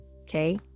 Okay